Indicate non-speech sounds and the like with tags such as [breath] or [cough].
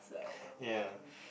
[breath] ya